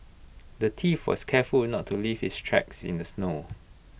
the thief was careful not to leave his tracks in the snow